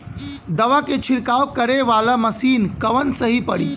दवा के छिड़काव करे वाला मशीन कवन सही पड़ी?